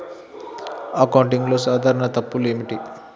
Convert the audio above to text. అకౌంటింగ్లో సాధారణ తప్పులు ఏమిటి?